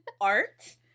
art